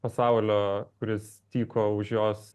pasaulio kuris tyko už jos